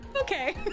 Okay